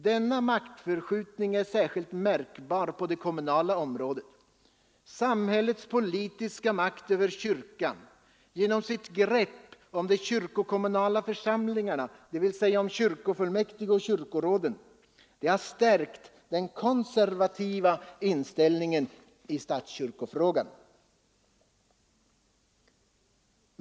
Denna maktförskjutning är särskilt märkbar på det kommunala området. Samhällets politiska makt över kyrkan genom sitt grepp om de kyrkokommunala församlingarna, dvs. kyrkofullmäktige och kyrkoråden, har förstärkt den konservativa inställningen till statskyrkofrågan.